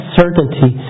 certainty